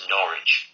Norwich